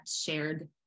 shared